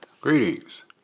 Greetings